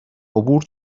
عبور